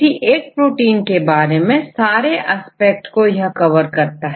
किसी एक प्रोटीन के बारे में सारे एस्पेक्ट को यह कवर करता है